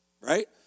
Right